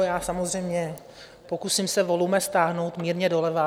Já se samozřejmě pokusím volume stáhnout mírně doleva.